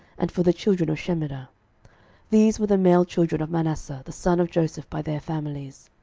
and for the children of shemida these were the male children of manasseh the son of joseph by their families.